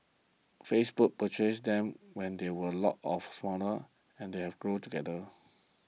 Facebook purchased them when they were a lot of smaller and they have grown together